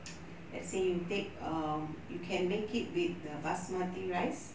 let's say you take um you can make it with the basmati rice